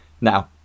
Now